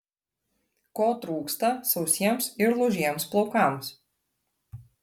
ko trūksta sausiems ir lūžiems plaukams